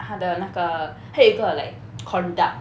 他的那个他有一个 like conduct